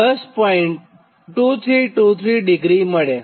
2323° kA મળે